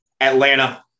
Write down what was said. Atlanta